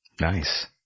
Nice